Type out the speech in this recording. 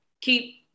keep